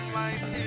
life